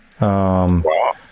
Wow